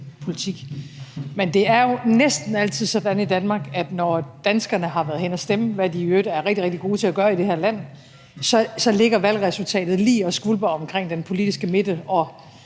men det er jo næsten altid sådan i Danmark, at når danskerne har været henne at stemme – hvad man i øvrigt er rigtig god til at gøre i det her land – så ligger valgresultatet og skvulper lige omkring den politiske midte, og